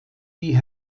die